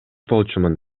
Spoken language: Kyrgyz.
болчумун